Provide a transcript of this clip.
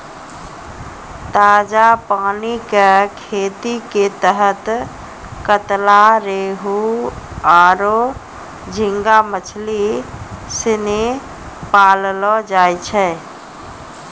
ताजा पानी कॅ खेती के तहत कतला, रोहूआरो झींगा मछली सिनी पाललौ जाय छै